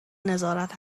نظارت